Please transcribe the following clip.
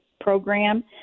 program